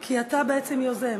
כי אתה בעצם יוזם.